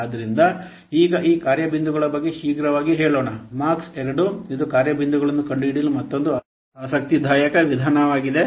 ಆದ್ದರಿಂದ ಈಗ ಈ ಕಾರ್ಯ ಬಿಂದುಗಳ ಬಗ್ಗೆ ಶೀಘ್ರವಾಗಿ ಹೇಳೋಣ ಮಾರ್ಕ್ II ಇದು ಕಾರ್ಯ ಬಿಂದುಗಳನ್ನು ಕಂಡುಹಿಡಿಯಲು ಮತ್ತೊಂದು ಆಸಕ್ತಿದಾಯಕ ವಿಧಾನವಾಗಿದೆ